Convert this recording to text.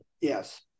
yes